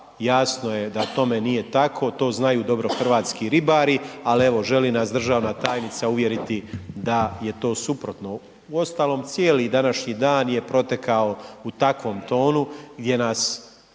jasno je da tome nije tako, to znaju dobro hrvatski ribari, al evo, želi nas državna tajnica uvjeriti da je to suprotno. Uostalom, cijeli današnji dan je protekao u takvom tonu gdje nas